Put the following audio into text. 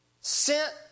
sent